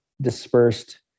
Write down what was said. dispersed